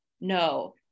no